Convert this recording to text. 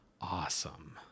awesome